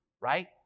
right